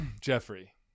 Jeffrey